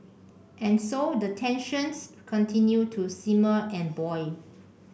and so the tensions continue to simmer and boil